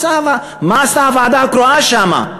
מה עשתה הוועדה הקרואה שם,